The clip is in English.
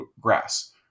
grass